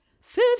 Food